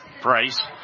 Price